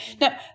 Now